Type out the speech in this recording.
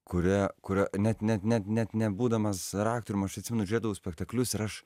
kuria kurio net net net net nebūdamas dar aktorium atsimenu aš žiūrėdavau spektaklius ir aš